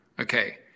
okay